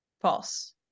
False